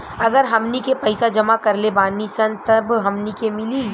अगर हमनी के पइसा जमा करले बानी सन तब हमनी के मिली